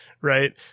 right